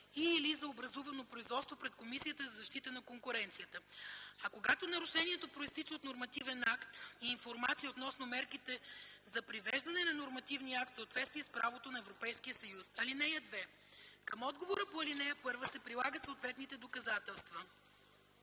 и/или за образувано производство пред Комисията за защита на конкуренцията, а когато нарушението произтича от нормативен акт – и информация относно мерките за привеждане на нормативния акт в съответствие с правото на Европейския съюз. (2) Към отговора по ал. 1 се прилагат съответните доказателства.